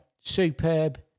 superb